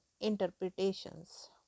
Interpretations